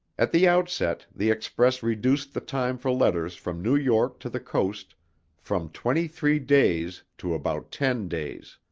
at the outset, the express reduced the time for letters from new york to the coast from twenty-three days to about ten days.